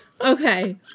Okay